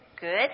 Good